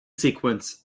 sequence